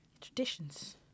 traditions